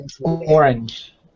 orange